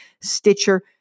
Stitcher